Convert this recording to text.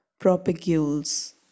propagules